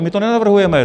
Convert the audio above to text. My to nenavrhujeme.